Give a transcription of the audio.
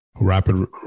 rapid